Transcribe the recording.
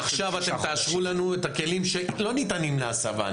אבל מעכשיו אתם תאשרו לנו את הכלים שלא ניתנים להסבה,